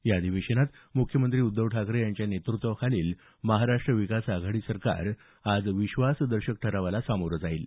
या अधिवेशनात मुख्यमंत्री उद्धव ठाकरे यांच्या नेतृत्वाखालील महाराष्टर विकास आघाडीचं सरकार आज विश्वासदर्शक ठरावाला सामोर जाईल